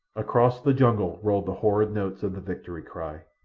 across the jungle rolled the horrid notes of the victory cry.